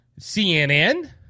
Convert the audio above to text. CNN